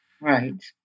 Right